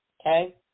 Okay